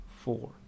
four